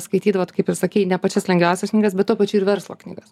skaitydavot kaip jau sakei ne pačias lengviausias knygas bet tuo pačiu ir verslo knygas